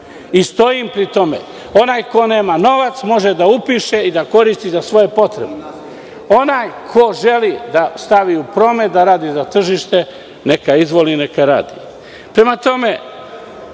I stojim pri tome. Onaj ko nema novac može da upiše i da koristi za svoje potrebe. Onaj ko želi da stavi u promet, da radi za tržište neka izvoli neka radi. Nemojmo